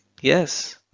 Yes